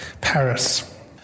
Paris